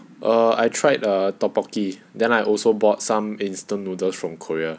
err I tried err tteokbokki then I also bought some instant noodles from korea